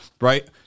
right